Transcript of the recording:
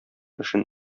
эшен